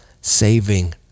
saving